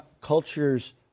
cultures